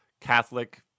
Catholic